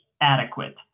adequate